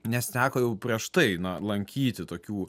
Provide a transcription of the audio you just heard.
nes teko jau prieš tai na lankyti tokių